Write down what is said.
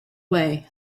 way